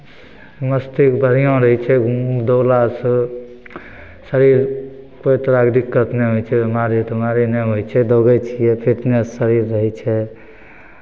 मस्ती बढ़िआँ रहै छै घुमू दौड़लासँ शरीर कोइ तरहके दिक्कत नहि होइ छै बिमारी तिमारी नहि होइ छै दौड़ैत छियै फिटनेस शरीर रहै छै